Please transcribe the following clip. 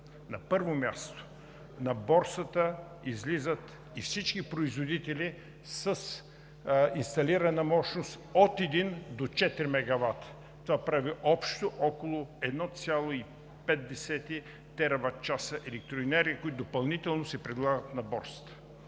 На първо място, на Борсата излизат всички производители с инсталирана мощност от един до четири мегавата. Това прави общо около 1,5 тераватчаса електроенергия, които допълнително се предлагат на Борсата.